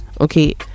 okay